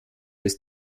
ist